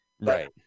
Right